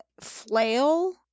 flail